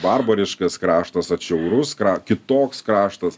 barbariškas kraštas atšiaurus kra kitoks kraštas